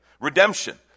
Redemption